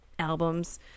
albums